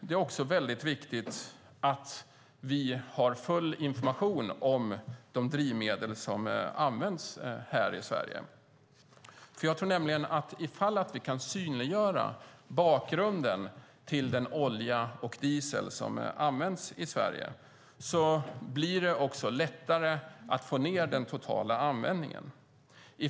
Det är också mycket viktigt att vi har full information om de drivmedel som används här i Sverige. Jag tror nämligen att om vi kan synliggöra bakgrunden till den olja och diesel som används i Sverige blir det också lättare att få ned den totala användningen.